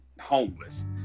homeless